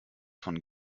von